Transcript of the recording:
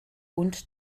und